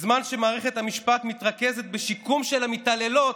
בזמן שמערכת המשפט מתרכזת בשיקום של המתעללות,